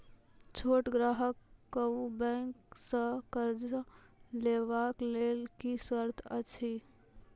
छोट ग्राहक कअ बैंक सऽ कर्ज लेवाक लेल की सर्त अछि?